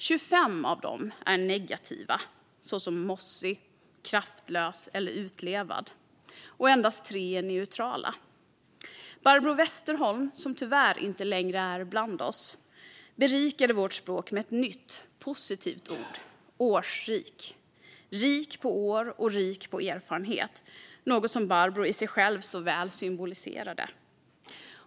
25 av dem är negativa, såsom "mossig", "kraftlös" och "utlevad", och endast 3 är neutrala. Barbro Westerholm, som tyvärr inte längre är bland oss, berikade vårt språk med ett nytt positivt ord: "årsrik" - rik på år och rik på erfarenhet, något som Barbro själv så väl symboliserade.